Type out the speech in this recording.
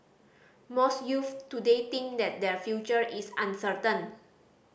most youths today think that their future is uncertain